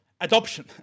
adoption